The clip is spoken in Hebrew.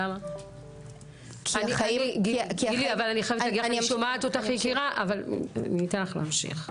אני שומעת אותך יקירה, אני אתן לך להמשיך.